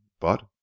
But—